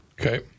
Okay